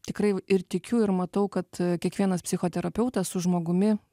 tikrai v ir tikiu ir matau kad kiekvienas psichoterapeutas su žmogumi